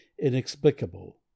inexplicable